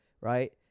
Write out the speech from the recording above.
right